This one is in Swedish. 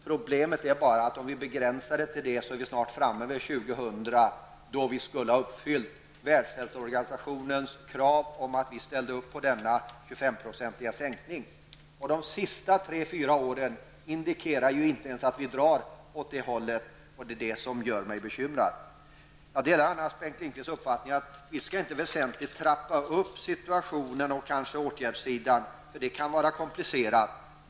Problemet är bara att om vi begränsar oss till det är vi snart framme vid år 2000, då vi skall ha uppfyllt WHOs krav på en 25-procentig sänkning av alkoholkonsumtionen. De senaste tre fyra åren indikerar inte ens att vi går åt det hållet, och det gör mig bekymrad. Jag delar annars Bengt Lindqvists uppfattning att vi inte väsentligt skall trappa upp situationen och åtgärdssidan. Det kan vara komplicerat.